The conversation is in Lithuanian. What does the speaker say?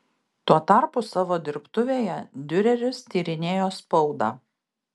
tuo tarpu savo dirbtuvėje diureris tyrinėjo spaudą